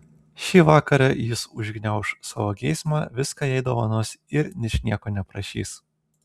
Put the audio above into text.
šį vakarą jis užgniauš savo geismą viską jai dovanos ir ničnieko neprašys